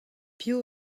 piv